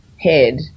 head